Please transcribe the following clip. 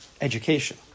education